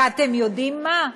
ואתם יודעים מה?